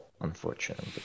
unfortunately